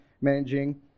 managing